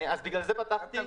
בגלל זה פתחתי,